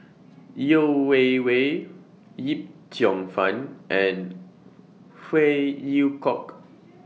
Yeo Wei Wei Yip Cheong Fun and Phey Yew Kok